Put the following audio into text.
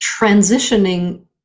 transitioning